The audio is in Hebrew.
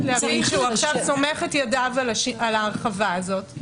סומך ידיו על ההרחבה הזאת,